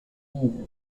guise